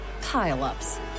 pile-ups